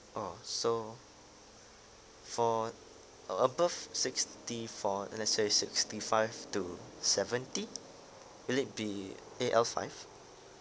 oh so for above sixty four let's say sixty five to seventy will it be A_L five